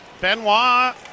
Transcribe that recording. Benoit